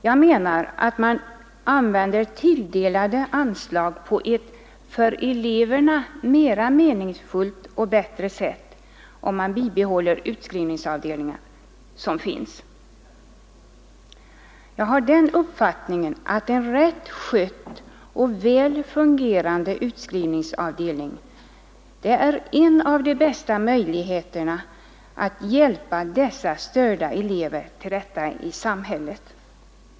Jag anser att man använder tilldelade anslag på ett bättre och för eleverna mer meningsfullt sätt om man bibehåller de utskrivningsavdelningar som finns; jag har den uppfattningen att en rätt skött och väl fungerande utskrivningsavdelning är ett av de bästa medlen för att hjälpa dessa störda elever till rätta i samhället.